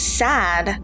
sad